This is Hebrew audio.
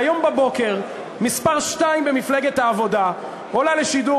שהיום בבוקר מספר שתיים במפלגת העבודה עולה לשידור